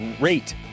Rate